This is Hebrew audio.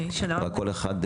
רק כל אחד,